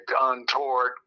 untoward